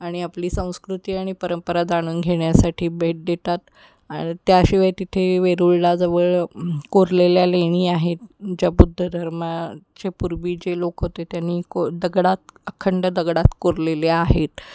आणि आपली संस्कृती आणि परंपरा जाणून घेण्यासाठी भेट देतात आणि त्याशिवाय तिथे वेरूळला जवळ कोरलेल्या लेणी आहेत ज्या बुद्ध धर्माचे पूर्वीचे लोक होते त्यांनी को दगडात अखंड दगडात कोरलेल्या आहेत